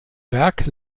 werk